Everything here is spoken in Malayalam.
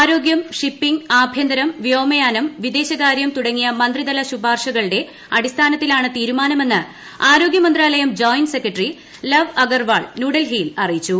ആരോഗ്യം ഷിപ്പിങ്ങ് ആഭ്യന്തരം വ്യോമയാനം വിദേശകാര്യം തുടങ്ങിയ മന്ത്രിതല ശുപാർശകളുടെ അടിസ്ഥാനത്തിലാണ് തീരുമാനമെന്ന് ആരോഗ്യമന്ത്രാലയം ജോയിന്റ് സെക്രട്ടറി ലവ് അഗർവാൾ ന്യൂഡൽഹിയിൽ അറിയിച്ചു